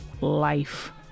life